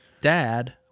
dad